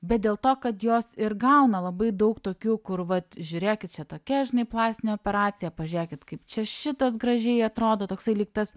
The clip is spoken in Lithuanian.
bet dėl to kad jos ir gauna labai daug tokių kur vat žiūrėkit čia tokia žinai plastinė operacija pažiūrėkit kaip čia šitas gražiai atrodo toksai lyg tas